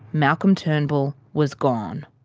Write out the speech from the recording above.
malcolm turnbull was gone.